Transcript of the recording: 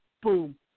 boom